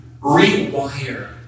rewire